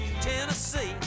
Tennessee